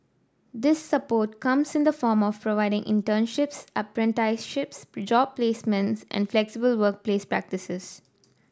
this support comes in the form of internships apprenticeships job placements and flexible workplace practices